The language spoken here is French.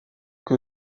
que